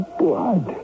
blood